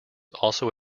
also